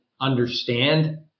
understand